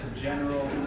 general